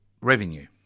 revenue